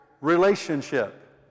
relationship